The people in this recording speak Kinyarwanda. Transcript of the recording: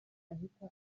ahita